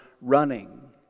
running